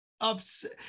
upset